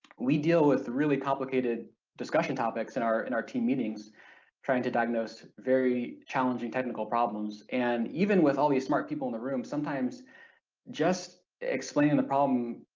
we deal with really complicated discussion topics in our in our team meetings trying to diagnose very challenging technical problems and even with all these smart people in the room sometimes just explaining the problem,